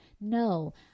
no